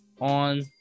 on